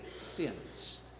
sins